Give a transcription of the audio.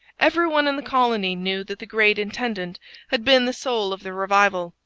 every one in the colony knew that the great intendant had been the soul of the revival,